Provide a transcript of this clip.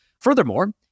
Furthermore